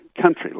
country